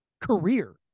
career